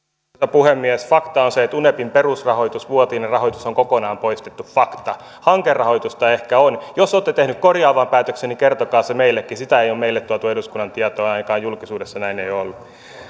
puhemies fakta on se että unepin perusrahoitus vuotuinen rahoitus on kokonaan poistettu fakta hankerahoitusta ehkä on jos olette tehneet korjaavan päätöksen niin kertokaa se meillekin sitä ei ole meille tuotu eduskunnan tietoon ainakaan julkisuudessa näin ei ole ollut